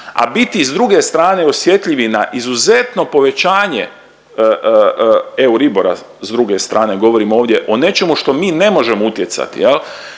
A biti i s druge strane osjetljivi na izuzetno povećanje Euribora s druge strane, govorim ovdje o nečemu što mi ne možemo utjecati,